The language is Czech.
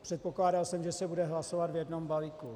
Předpokládal jsem, že se bude hlasovat v jednom balíku.